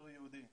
בתור יהודי.